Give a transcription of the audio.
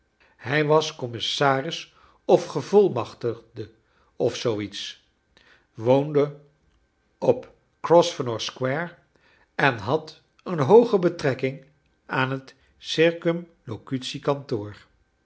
hij was commissaris of gevolmachtigde of zoo iets woonde op grosvernor square en had een hooge betrekking aan het